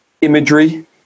imagery